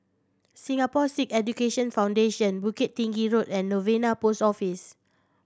Singapore Sikh Education Foundation Bukit Tinggi Road and Novena Post Office